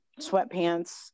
sweatpants